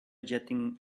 jetting